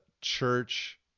church